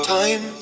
time